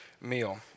meal